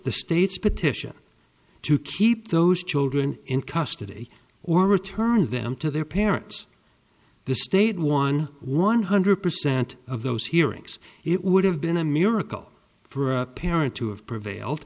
the state's petition to keep those children in custody or return them to their parents the state won one hundred percent of those hearings it would have been a miracle for a parent to have prevailed